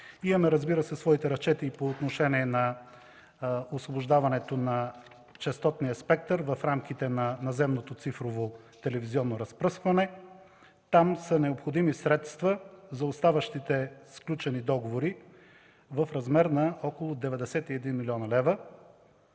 Имаме, разбира се, своите разчети и по отношение на освобождаването на честотния спектър в рамките на наземното цифрово телевизионно разпръскване. Там са необходими средства за оставащите сключени договори в размер на около 91 млн. лв.,